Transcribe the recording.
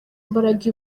mbaraga